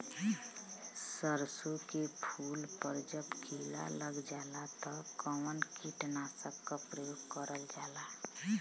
सरसो के फूल पर जब किड़ा लग जाला त कवन कीटनाशक क प्रयोग करल जाला?